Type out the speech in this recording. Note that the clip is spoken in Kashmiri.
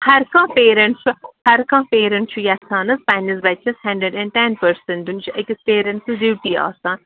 ہر کانٛہہ پیرنٛٹ چھُ ہر کانٛہہ پیرنٛٹ چھُ یَژھان حظ پَننِس بَچَس ہَنڈرڈ اینٛڈ ٹیٚن پٔرسَنٹ دیُن چھُ أکِس پیرَنٹس ڈیوٗٹی آسان